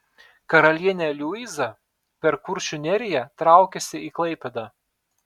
karalienė liuiza per kuršių neriją traukėsi į klaipėdą